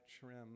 trim